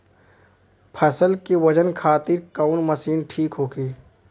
फसल के वजन खातिर कवन मशीन ठीक होखि?